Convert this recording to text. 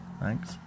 thanks